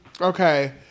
Okay